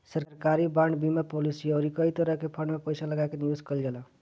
सरकारी बांड, बीमा पालिसी अउरी कई तरही के फंड में पईसा लगा के निवेश कईल जाला